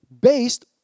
based